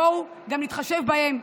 בואו נתחשב גם בהם,